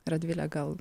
radvile gal